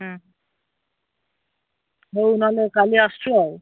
ହଉ ନହେଲେ କାଲି ଆସୁଛୁ ଆଉ